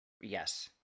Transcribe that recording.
Yes